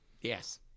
Yes